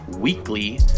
Weekly